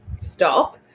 stop